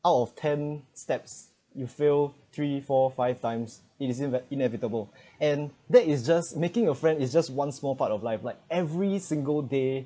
out of ten steps you fail three four five times it is invet~ inevitable and that is just making a friend is just one small part of life like every single day